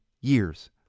years